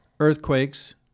earthquakes